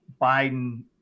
Biden